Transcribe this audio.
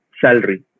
salary